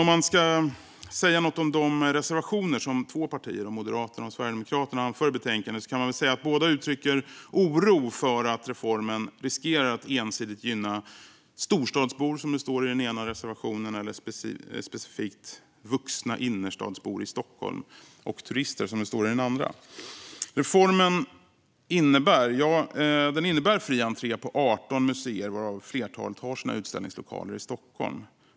Om man ska säga något om de reservationer som finns i betänkandet från två partier, Moderaterna och Sverigedemokraterna, och vad de anför där kan man säga att båda uttrycker oro för att reformen riskerar att ensidigt gynna storstadsbor, som det står i den ena reservationen, eller specifikt vuxna innerstadsbor i Stockholm och turister, som det står i den andra. Reformen innebär fri entré på 18 museer, varav flertalet har sina utställningslokaler i Stockholm.